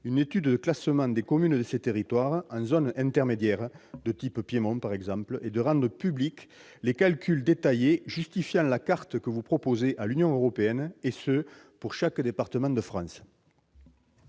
en vue du classement des communes de ces territoires en zone intermédiaire de type piémont, par exemple, et de rendre publics les calculs détaillés justifiant la carte que vous soumettez à l'Union européenne, et ce pour chaque département de France.